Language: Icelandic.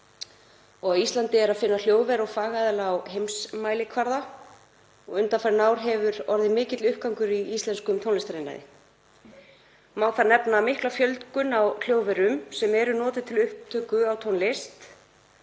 á Íslandi er að finna hljóðver og fagaðila á heimsmælikvarða. Undanfarin ár hefur orðið mikill uppgangur í íslenskum tónlistariðnaði. Má þar nefna mikla fjölgun á hljóðverum sem eru notuð til upptöku á tónlist.